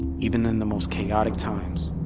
even in the most chaotic times.